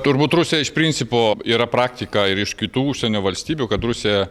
turbūt rusija iš principo yra praktika ir iš kitų užsienio valstybių kad rusija